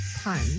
pun